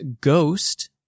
ghost